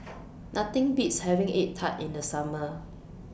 Nothing Beats having Egg Tart in The Summer